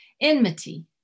enmity